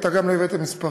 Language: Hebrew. אתה גם לא הבאת מספרים.